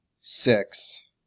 six